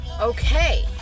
Okay